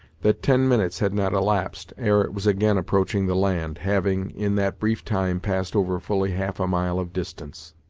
that ten minutes had not elapsed ere it was again approaching the land, having, in that brief time, passed over fully half a mile of distance.